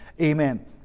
amen